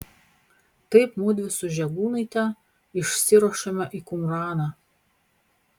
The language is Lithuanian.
taip mudvi su žegūnaite išsiruošėme į kumraną